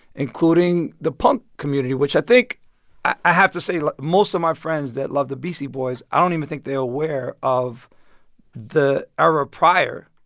including the punk community, which i think i have to say like most of my friends that love the beastie boys, i don't even think they're aware of the era prior.